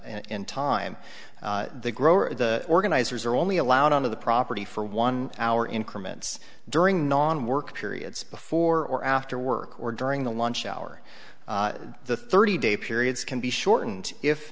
in time the grower the organizers are only allowed on the property for one hour increment during non work periods before or after work or during the lunch hour the thirty day period can be shortened if